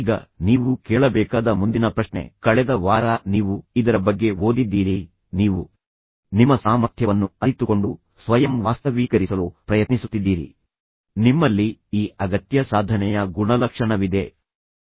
ಈಗ ನೀವು ಕೇಳಬೇಕಾದ ಮುಂದಿನ ಪ್ರಶ್ನೆ ಕಳೆದ ವಾರ ನೀವು ಇದರ ಬಗ್ಗೆ ಓದಿದ್ದೀರಿ ನೀವು ನಿಮ್ಮ ಸಾಮರ್ಥ್ಯವನ್ನು ಅರಿತುಕೊಂಡು ನೀವು ಉತ್ಕೃಷ್ಟತೆಯನ್ನು ಸಾಧಿಸಲು ಬಯಸುತ್ತೀರಿ ಮತ್ತು ನಂತರ ನೀವು ಸ್ವಯಂ ವಾಸ್ತವೀಕರಿಸಲು ಪ್ರಯತ್ನಿಸುತ್ತಿದ್ದೀರಿ ತದನಂತರ ನಿಮ್ಮಲ್ಲಿ ಈ ಅಗತ್ಯ ಸಾಧನೆಯ ಗುಣಲಕ್ಷಣವಿದೆ ಎಂದು ತಿಳಿಯಲು ನೀವು ಪ್ರಯತ್ನಿಸುತ್ತಿದ್ದೀರಿ